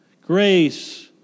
grace